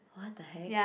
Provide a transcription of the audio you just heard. what the heck